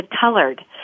colored